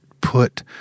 put